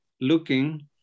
looking